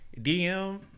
DM